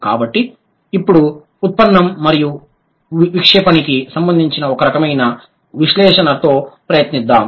కాబట్టి ఇప్పుడు ఉత్పన్నం మరియు విక్షేపణకి సంబంధించిన ఒక రకమైన విశ్లేషణతో ప్రయత్నిద్దాం